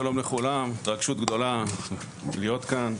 שלום לכולם, התרגשות גדולה להיות כאן.